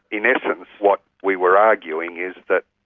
in essence, what we were arguing is that,